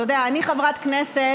אתה יודע, אני חברת כנסת,